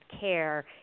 care